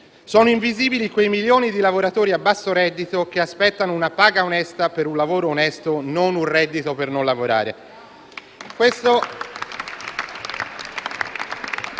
Sono invisibili quei milioni di lavoratori a basso reddito, che aspettano una paga onesta per un lavoro onesto e non un reddito per non lavorare.